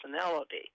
personality